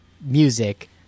music